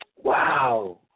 Wow